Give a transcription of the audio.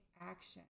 action